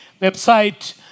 website